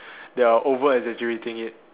they are over exaggerating it